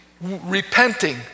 repenting